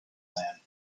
man